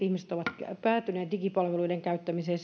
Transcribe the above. ihmiset ovat päätyneet digipalveluiden käyttämiseen